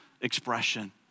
expression